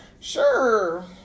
sure